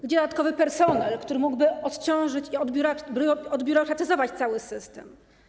Gdzie dodatkowy personel, który mógłby odciążyć i odbiurokratyzować cały system?